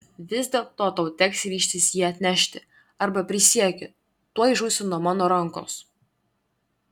vis dėlto tau teks ryžtis jį atnešti arba prisiekiu tuoj žūsi nuo mano rankos